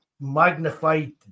magnified